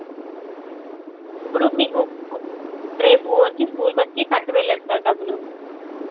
ఇప్పుడు మీకు రేపు వచ్చి స్కూల్కి వచ్చి కట్టి వెళ్ళండి సార్ డబ్బులు